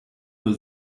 nur